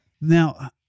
Now